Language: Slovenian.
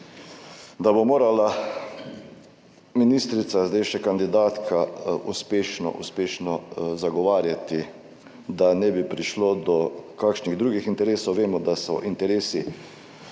da bo morala ministrica zdaj še kandidatka uspešno, uspešno zagovarjati, da ne bi prišlo do kakšnih drugih interesov, vemo, da so interesi